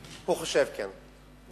הוא חושב, כן.